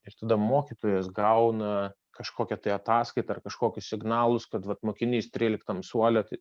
ir tada mokytojas gauna kažkokią tai ataskaitą ar kažkokius signalus kad vat mokinys tryliktam suole tai